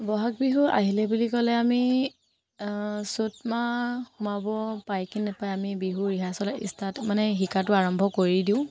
ব'হাগ বিহু আহিলে বুলি ক'লে আমি চ'ত মাহ সোমাব পাই কি নাপায় আমি বিহু ৰিহাৰ্চেলত ষ্টাৰ্ট মানে শিকাটো আৰম্ভ কৰি দিওঁ